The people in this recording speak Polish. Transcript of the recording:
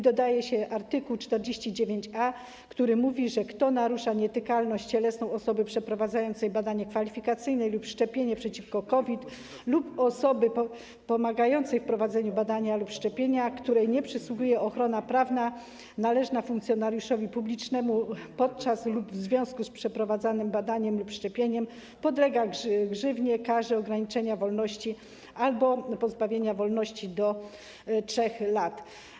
Dodaje się art. 49a, który mówi, że: Kto narusza nietykalność cielesną osoby przeprowadzającej badanie kwalifikacyjne lub szczepienie przeciwko COVID lub osoby pomagającej w prowadzeniu badania lub szczepienia, której nie przysługuje ochrona prawna należna funkcjonariuszowi publicznemu, podczas lub w związku z przeprowadzanym badaniem lub szczepieniem, podlega grzywnie, karze ograniczenia wolności albo pozbawienia wolności do 3 lat.